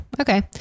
Okay